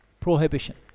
prohibition